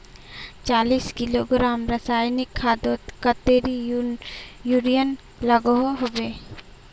चालीस किलोग्राम रासायनिक खादोत कतेरी यूरिया लागोहो होबे?